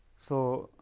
so,